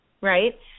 right